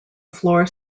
floor